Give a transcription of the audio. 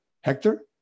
Hector